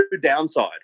downside